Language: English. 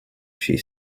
she